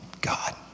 God